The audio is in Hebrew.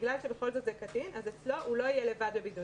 בגלל שבכל זאת זה קטין אז אצלו הוא לא יהיה לבד בבידוד.